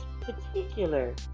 particular